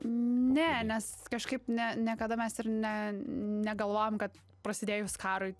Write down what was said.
ne nes kažkaip ne niekada mes ir ne negalvojom kad prasidėjus karui